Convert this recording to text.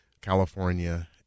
California